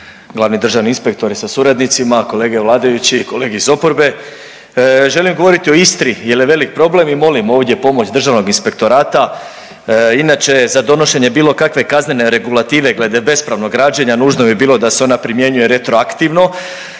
glavni državni inspektore sa suradnicima, kolege vladajući i kolege iz oporbe. Želim govoriti o Istri jel je velik problem i molim ovdje pomoć državnog inspektorata. Inače za donošenje bilo kakve kaznene regulative glede bespravnog građenja nužno bi bilo da se ona primjenjuje retroaktivno